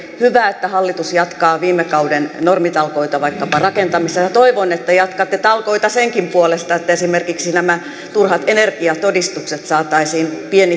hyvä että hallitus jatkaa viime kauden normitalkoita vaikkapa rakentamisessa toivon että jatkatte talkoita senkin puolesta että esimerkiksi nämä turhat energiatodistukset saataisiin